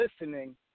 listening